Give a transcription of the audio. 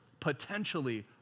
potentially